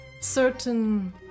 certain